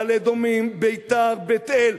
מעלה-אדומים, ביתר, בית-אל,